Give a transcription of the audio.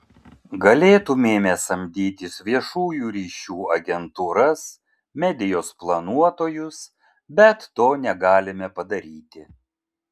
galėtumėme samdytis viešųjų ryšių agentūras medijos planuotojus bet to negalime padaryti